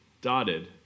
dotted